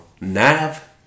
Nav